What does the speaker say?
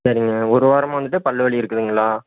சரிங்க ஒரு வாரமாக வந்துட்டு பல் வலி இருக்குதுங்களா